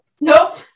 Nope